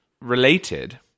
related